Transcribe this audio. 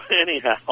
anyhow